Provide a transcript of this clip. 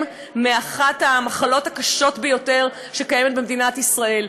מאחת המחלות הקשות ביותר שקיימות במדינת ישראל.